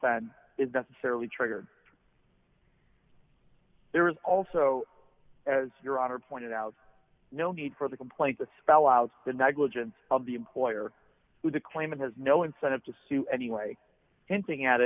fan is necessarily triggered there is also as your honor pointed out no need for the complaint to spell out the negligence of the employer with a claim and has no incentive to sue anyway anything at